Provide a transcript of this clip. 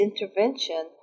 intervention